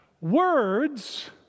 Words